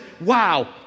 wow